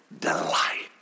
delight